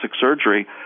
surgery